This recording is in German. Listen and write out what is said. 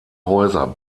häuser